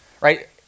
Right